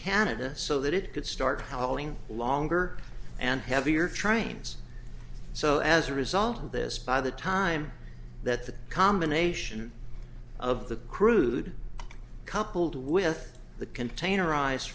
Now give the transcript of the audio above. canada so that it could start hauling long anger and heavier trains so as a result of this by the time that the combination of the crude coupled with the containerize